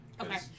Okay